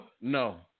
No